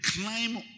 climb